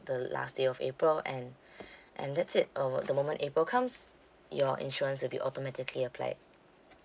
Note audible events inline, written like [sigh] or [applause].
the last day of april and [breath] and that's it uh the moment april comes your insurance will be automatically applied